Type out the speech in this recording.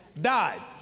died